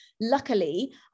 luckily